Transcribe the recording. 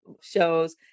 shows